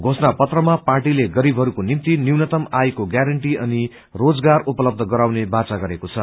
घोषणा पत्रमा पार्टीले गरीबहरूको निम्ति न्यूनतम आयको ग्यारण्टी अनि रोजगार उपलब्ध गराउने वाचा गरेको छ